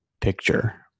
picture